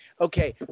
Okay